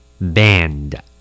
Band